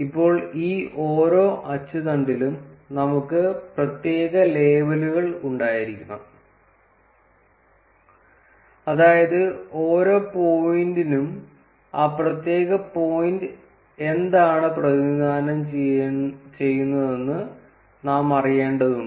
ഇപ്പോൾ ഈ ഓരോ അച്ചുതണ്ടിലും നമുക്ക് പ്രത്യേക ലേബലുകൾ ഉണ്ടായിരിക്കണം അതായത് ഓരോ പോയിന്റിനും ആ പ്രത്യേക പോയിന്റ് എന്താണ് പ്രതിനിധാനം ചെയ്യുന്നതെന്ന് നാം അറിയേണ്ടതുണ്ട്